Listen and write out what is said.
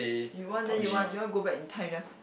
you want then you want you want go back in time you just